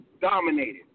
dominated